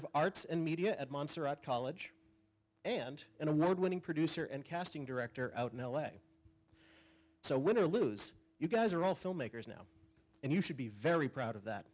of arts and media at montserrat college and an award winning producer and casting director out in l a so win or lose you guys are all filmmakers now and you should be very proud of that